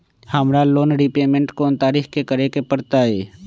हमरा loan repayment कोन तारीख के करे के परतई?